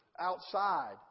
outside